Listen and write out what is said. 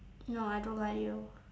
no I don't like you